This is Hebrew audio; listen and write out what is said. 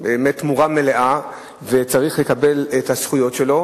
תמורה מלאה וצריך לקבל את הזכויות שלו.